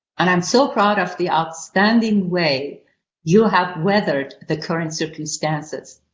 and i'm so proud of the outstanding way you have weathered the current circumstances,